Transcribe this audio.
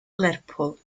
lerpwl